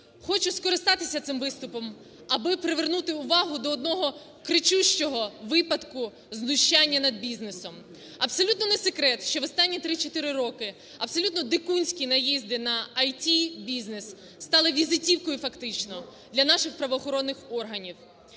Хочу скористатися цим виступом, аби привернути увагу до одного кричущого випадку знущання над бізнесом. Абсолютно не секрет, що в останні 3-4 роки абсолютно дикунські наїзди наІТ-бізнес стали візитівкою фактично для наших правоохоронних органів.